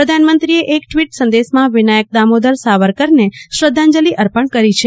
પ્રધાનમંત્રીએ એક ટવીટ સંદેશામાં વિનાયક દામોદર સાવરકરને શ્રદ્ધાંજલી અર્પણ કરી છે